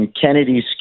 Kennedy's